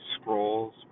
Scrolls